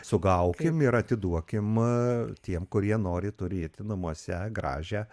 sugaukim ir atiduokim tiem kurie nori turėti namuose gražią